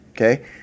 okay